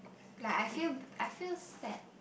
like I feel I feel sad